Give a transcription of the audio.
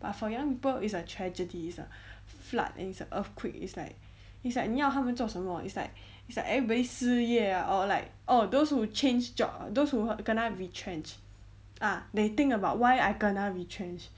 but for young people it's a tragedy it's a flood it's a earthquake it's like it's like 你要他们做什么 it's like it's like everybody 事业 or like orh those who change job those who kena retrenched ah they think about why I kena retrenched